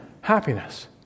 happiness